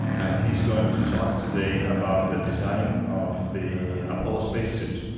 and he's going to talk today about the design of the apollo spacesuit.